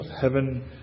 heaven